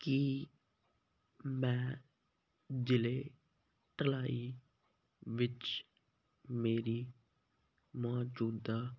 ਕੀ ਮੈਂ ਜ਼ਿਲ੍ਹੇ ਢਲਾਈ ਵਿੱਚ ਮੇਰੀ ਮੌਜੂਦਾ